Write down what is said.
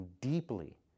deeply